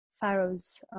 Pharaoh's